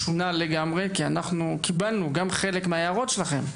שונה לגמרי כי אנחנו קיבלנו גם חלק מההערות שלכם.